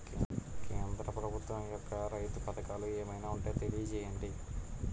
కేంద్ర ప్రభుత్వం యెక్క రైతు పథకాలు ఏమైనా ఉంటే తెలియజేయండి?